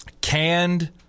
canned